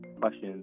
questions